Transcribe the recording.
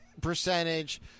percentage